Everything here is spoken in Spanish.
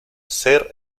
ser